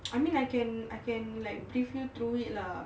I mean I can I can like brief you through it lah